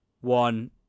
one